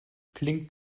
klingt